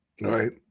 right